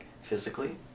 physically